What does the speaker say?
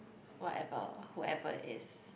whatever whoever is